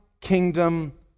kingdom